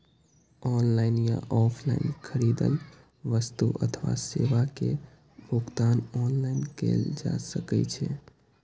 online या offline खरीदल वस्तु अथवा सेवा के भुगतान ऑनलाइन कैल जा सकैछ